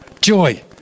joy